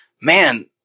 man